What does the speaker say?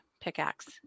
pickaxe